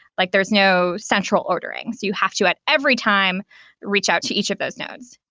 like there's no central orderings. you have to at every time reach out to each of those nodes.